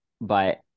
but-